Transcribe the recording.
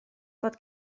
fod